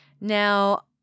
Now